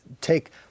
take